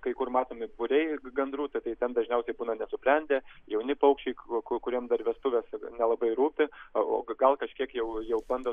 kai kur matomi būriai gandrų ta tai ten dažniausiai būna nesubrendę jauni paukščiai kuriem dar vestuvės nelabai rūpi o gal kažkiek jau jau bando